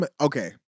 Okay